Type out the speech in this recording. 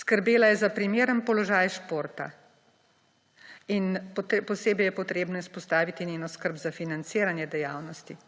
skrbela je za primeren položaj športa in posebej je potrebno izpostaviti njeno skrb za financiranje dejavnosti.